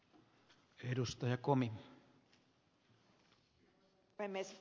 arvoisa herra puhemies